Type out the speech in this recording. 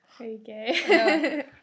Okay